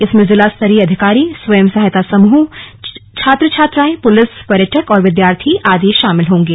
इसमें जिला स्तरीय अधिकारी स्वयं सहायता समूह छात्र छात्राएं पुलिस पर्यटक और विद्यार्थी आदि शामिल होंगे